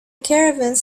caravans